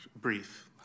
brief